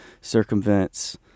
circumvents